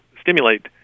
stimulate